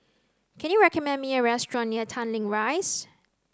can you recommend me a restaurant near Tanglin Rise